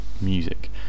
music